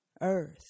earth